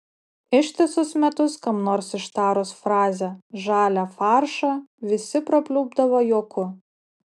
ištisus metus kam nors ištarus frazę žalią faršą visi prapliupdavo juoku